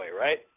right